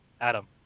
Adam